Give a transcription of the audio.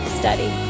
study